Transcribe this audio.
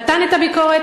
נתן את הביקורת,